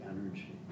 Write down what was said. energy